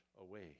away